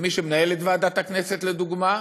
מי שמנהל את ועדת הכנסת, לדוגמה,